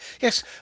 Yes